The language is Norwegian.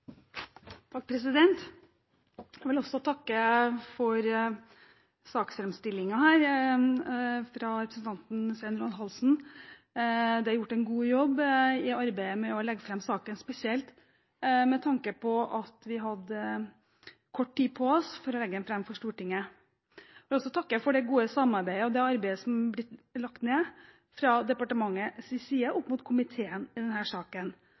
Jeg vil også takke for saksframstillingen fra representanten Svein Roald Hansen. Det er gjort en god jobb i arbeidet med å legge fram saken – spesielt med tanke på at vi hadde kort tid på oss til å legge den fram for Stortinget. Jeg vil også takke for det gode samarbeidet og det arbeidet som har blitt lagt ned fra departementets side opp mot komiteen i denne saken,